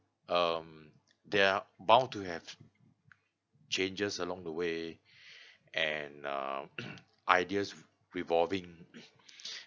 um there are bound to have changes along the way and uh ideas revolving